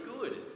good